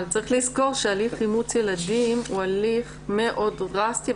אבל צריך לזכור שהליך אימוץ ילדים הוא הליך מאוד דרסטי,